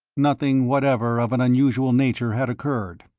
nothing whatever of an unusual nature had occurred,